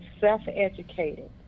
self-educated